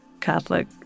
Catholic